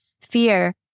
fear